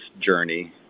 journey